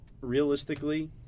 realistically